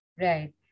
Right